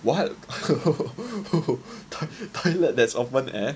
what toilet that's open air